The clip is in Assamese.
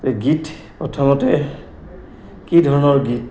এই গীত প্ৰথমতে কি ধৰণৰ গীত